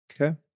Okay